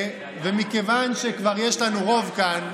מכיוון שכבר יש לנו רוב כאן,